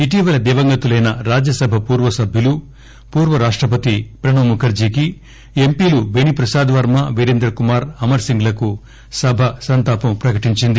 ఈటీవల దివంగతులైన రాజ్యసభ పూర్వ సభ్యులు పూర్వ రాష్టపతి ప్రణబ్ ముఖర్లీకి ఎంపిలు బేణి ప్రసాద్ వర్మ వీరేంద్రకుమార్ అమర్ సింగ్ లకు సభ సంతాపం ప్రకటించింది